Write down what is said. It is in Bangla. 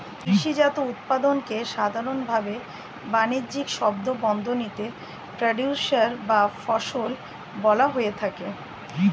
কৃষিজাত উৎপাদনকে সাধারনভাবে বানিজ্যিক শব্দবন্ধনীতে প্রোডিউসর বা ফসল বলা হয়ে থাকে